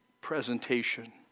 presentation